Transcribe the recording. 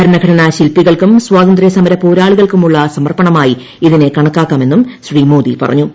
ഭരണഘടനാ ശിൽപ്പികൾക്കുംസ്വാതന്ത്ര്യസമര പോരാളികൾക്കുമുളള സമർപ്പണമായി ഇതിനെ കണക്കാക്കാട്ട് എന്നും ശ്രീ മോദി പറഞ്ഞു